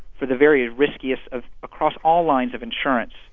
for the very riskiest of across all lines of insurance,